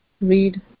read